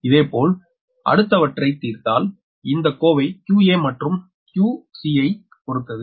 இதேபோல் அடுத்தவற்றை தீர்த்தாள் இந்த கோவை 𝑞𝑎 மற்றும் 𝑞𝑐 ஐ பொறுத்தது